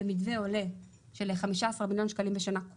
במתווה עולה של 15 מיליון שקלים בשנה,